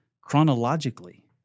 chronologically